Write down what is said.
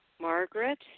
Margaret